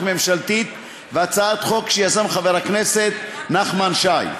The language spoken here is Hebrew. ממשלתית והצעת חוק שיזם חבר הכנסת נחמן שי.